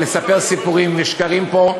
ולספר סיפורים ושקרים פה,